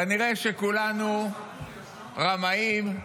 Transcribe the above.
כנראה כולנו רמאים,